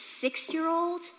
six-year-old